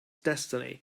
destiny